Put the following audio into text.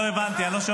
לא הבנתי, אני לא שומע.